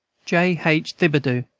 j. h. thibadeau,